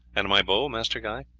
and my bow, master guy?